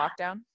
lockdown